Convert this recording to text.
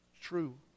true